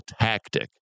tactic